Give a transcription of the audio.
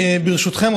ברשותכם,